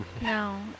No